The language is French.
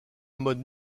mode